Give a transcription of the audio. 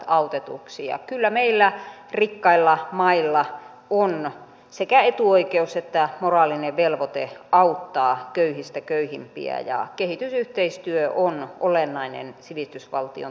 ja kyllä meillä rikkailla mailla on sekä etuoikeus että moraalinen velvoite auttaa köyhistä köyhimpiä ja kehitysyhteistyö on olennainen sivistysvaltion tunnusmerkki